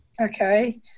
Okay